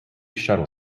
shuttle